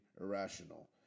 irrational